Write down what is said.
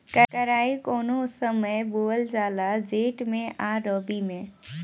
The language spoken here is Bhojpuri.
केराई कौने समय बोअल जाला जेठ मैं आ रबी में?